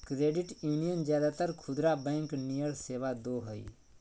credit union ज्यादातर खुदरा bank नियर सेवा दो हइ